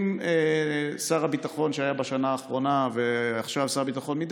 אם שר הביטחון שהיה בשנה האחרונה ושר הביטחון עכשיו יקיימו